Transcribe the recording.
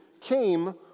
came